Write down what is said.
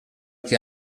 que